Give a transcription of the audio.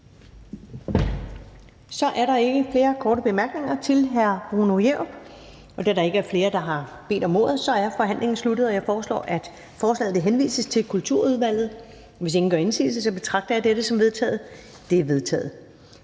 Så er der ikke flere korte bemærkninger til hr. Bruno Jerup. Da der ikke er flere, der har bedt om ordet, er forhandlingen sluttet. Jeg foreslår, at forslaget til folketingsbeslutning henvises til Kulturudvalget. Hvis ingen gør indsigelse, betragter jeg dette som vedtaget. Det er vedtaget.